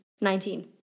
Nineteen